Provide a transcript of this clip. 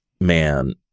man